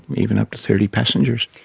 even up to thirty passengers.